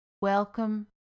Welcome